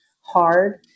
hard